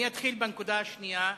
אני אתחיל בנקודה השנייה.